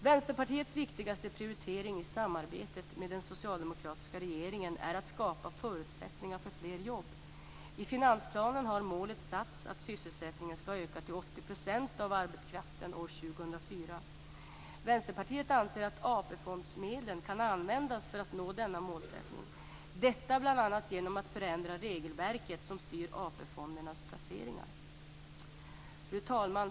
Vänsterpartiets viktigaste prioritering i samarbetet med den socialdemokratiska regeringen är att skapa förutsättningar för fler jobb. I finansplanen har målet satts att sysselsättningen skall öka till 80 % av arbetskraften år 2004. Vänsterpartiet anser att AP fondmedlen kan användas för att nå denna målsättning, detta bl.a. genom att förändra regelverket som styr AP-fondernas placeringar. Fru talman!